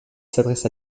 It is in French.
s’adresse